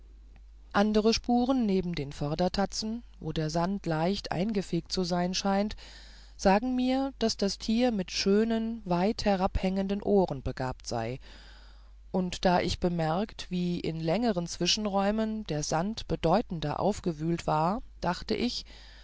andere spuren neben den vordertatzen wo der sand leicht weggefegt zu sein schien sagten mir daß das tier mit schönen weit herabhängenden ohren begabt sei und da ich bemerkt wie in längeren zwischenräumen der sand bedeutender aufgewühlt war dachte ich